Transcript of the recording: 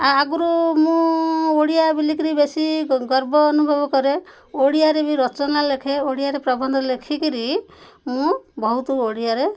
ଆ ଆଗରୁ ମୁଁ ଓଡ଼ିଆ ବୁଲିକିରି ବେଶୀ ଗର୍ବ ଅନୁଭବ କରେ ଓଡ଼ିଆରେ ବି ରଚନା ଲେଖେ ଓଡ଼ିଆରେ ପ୍ରବନ୍ଧ ଲେଖିକିରି ମୁଁ ବହୁତ ଓଡ଼ିଆରେ